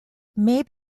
may